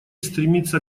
стремится